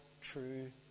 true